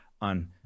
on